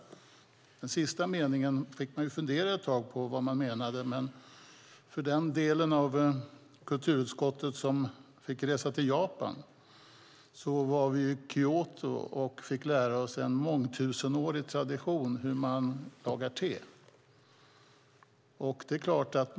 Jag fick fundera ett tag på vad man menade med den sista meningen. En del av kulturutskottet fick resa till Japan. Vi var i Kyoto och fick lära oss en mångtusenårig tradition, nämligen hur de lagade te.